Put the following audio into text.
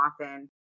often